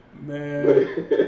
Man